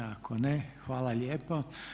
Ako ne, hvala lijepo.